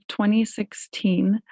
2016